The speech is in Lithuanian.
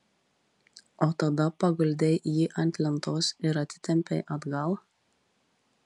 o tada paguldei jį ant lentos ir atitempei atgal